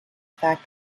fact